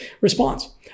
response